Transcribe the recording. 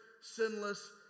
sinless